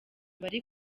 bari